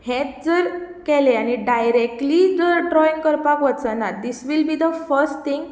हेंच जर केलें आनी डायरेक्टली जर ड्रोइंग करपाक वचनात this will be the first thing